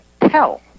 Tell